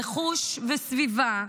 רכוש וסביבה,